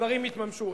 הדברים התממשו.